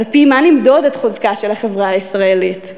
על-פי מה למדוד את חוזקה של החברה הישראלית,